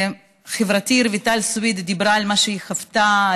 חברתי רויטל סויד דיברה על מה שהיא חוותה,